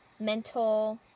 mental